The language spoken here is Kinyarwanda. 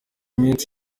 minsi